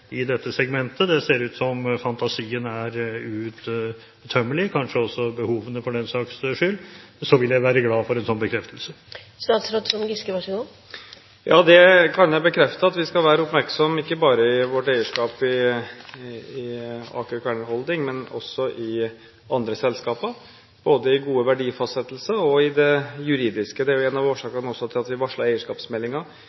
dette segmentet; det ser ut som om fantasien er uuttømmelig, kanskje også behovene, for den saks skyld – så vil jeg være glad for en slik bekreftelse. Det kan jeg bekrefte. Vi skal være oppmerksomme, ikke bare gjelder det vårt eierskap i Aker Kværner Holding, men også i andre selskaper, både med hensyn til gode verdifastsettelser og det juridiske. Det er en av